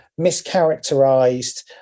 mischaracterized